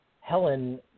Helen